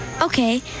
Okay